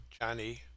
Johnny